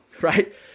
right